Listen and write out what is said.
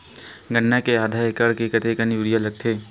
गन्ना के आधा एकड़ म कतेकन यूरिया लगथे?